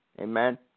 amen